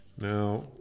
Now